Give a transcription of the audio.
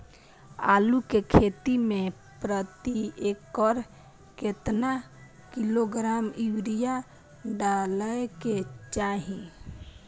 आलू के खेती में प्रति एकर केतना किलोग्राम यूरिया डालय के चाही?